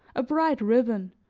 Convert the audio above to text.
a bright ribbon,